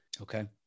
Okay